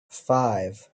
five